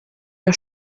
der